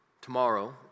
tomorrow